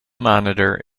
monitor